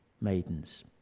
maidens